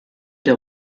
der